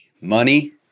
Money